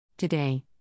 Today